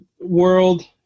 world